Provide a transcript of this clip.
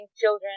children